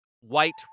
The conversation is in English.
white